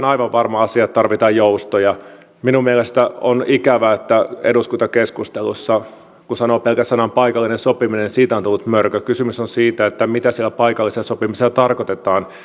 aivan varma asia on että työmarkkinoilla tarvitaan joustoja minun mielestäni on ikävää että eduskuntakeskusteluissa siitä kun sanoo pelkän sanan paikallinen sopiminen on tullut mörkö kysymys on siitä mitä sillä paikallisella sopimisella tarkoitetaan